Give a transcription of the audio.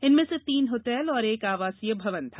इनमें से तीन होटल और एक आवासीय भवन था